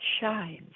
shines